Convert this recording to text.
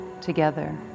together